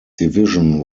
division